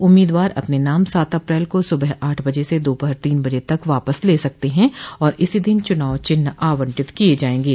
उम्मीदवार अपने नाम सात अप्रैल को सुबह आठ बजे से दोपहर तीन बजे तक वापस ले सकते हैं और इसी दिन चूनाव चिन्ह आवंटित किये जायेंगे